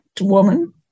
woman